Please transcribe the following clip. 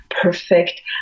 perfect